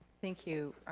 thank you